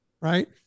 right